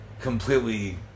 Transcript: completely